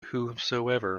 whomsoever